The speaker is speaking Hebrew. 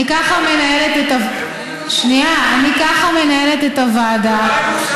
ככה אני מנהלת את הוועדה.